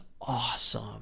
awesome